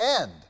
end